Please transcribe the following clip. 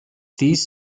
these